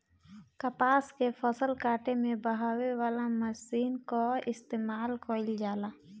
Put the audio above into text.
कपास के फसल काटे में बहावे वाला मशीन कअ इस्तेमाल कइल जाला